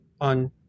on